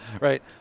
right